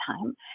time